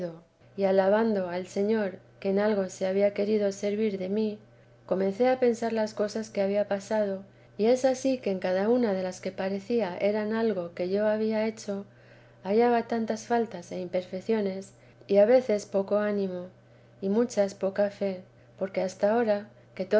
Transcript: y alabando al señor que en algo se había querido servir de mí comencé a pensar las cosas que había pasado y es ansí que en cada una de las que parecía eran algo que yo había hecho hallaba tantas faltas e imperfeciones ya veces poco ánimo y muchas poca fe porque hasta ahora